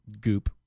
goop